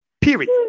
period